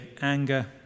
anger